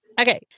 Okay